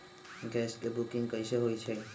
Gas के booking कैसे होईछई?